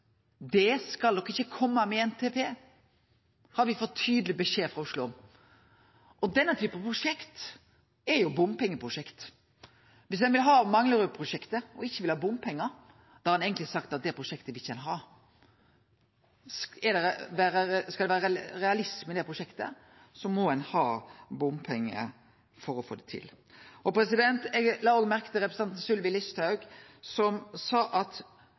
ikkje skal kome med i NTP. Det har me fått tydeleg beskjed frå Oslo om. Og denne typen prosjekt er bompengeprosjekt. Viss ein vil ha Manglerudprosjektet og ikkje vil ha bompengar, da har ein eigentleg sagt at dette prosjektet vil ein ikkje ha. Skal det vere realisme i det prosjektet, må ein ha bompengar for å få det til. Eg la òg merke til representanten Sylvi Listhaug, som sa at